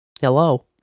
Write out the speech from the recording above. Hello